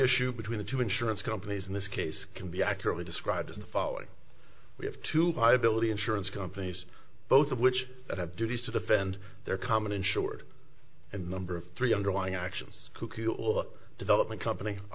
issue between the two insurance companies in this case can be accurately described in the following we have to viability insurance companies both of which have duties to defend their common insured and number three underlying actions cuckoo development company i